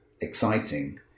exciting